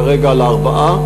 כרגע על הארבעה,